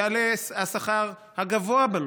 יעלה השכר הגבוה במשק,